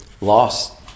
lost